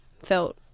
felt